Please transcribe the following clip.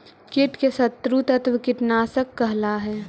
कीट के शत्रु तत्व कीटनाशक कहला हई